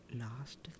last